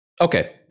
okay